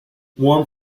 warm